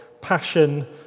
passion